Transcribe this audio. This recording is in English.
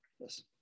yes